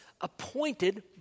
appointed